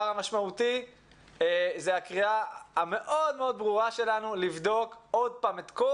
המשמעותי הוא הקריאה שלנו לבדוק שוב את כל